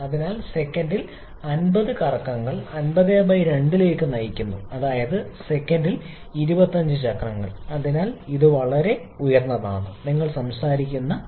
അതിനാൽ സെക്കൻഡിൽ 50 വിപ്ലവങ്ങൾ 502 ലേക്ക് നയിക്കുന്നു അതായത് സെക്കൻഡിൽ 25 ചക്രങ്ങൾ അതിനാൽ ഇത് വളരെ ഉയർന്നതാണ് നിങ്ങൾ സംസാരിക്കുന്ന വേഗത